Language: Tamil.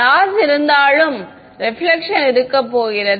லாஸ் இருந்தாலும் ரெபிலெக்ஷன் இருக்கப் போகிறது